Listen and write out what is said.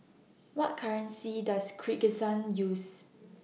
What currency Does Kyrgyzstan use